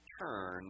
turn